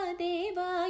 deva